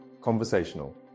conversational